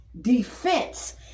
defense